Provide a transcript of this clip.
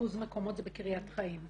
לריכוז מקומות זה בקריית חיים.